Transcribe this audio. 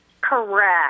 Correct